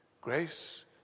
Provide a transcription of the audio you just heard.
grace